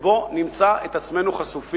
היום שבו נמצא את עצמנו חשופים.